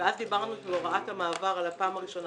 ואז דיברנו על הוראת המעבר שבפעם הראשונה